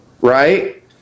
right